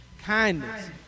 Kindness